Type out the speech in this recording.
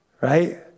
right